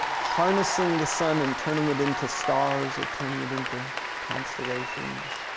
harnessing the sun and turning it into stars or turning it into constellations,